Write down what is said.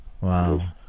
Wow